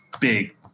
big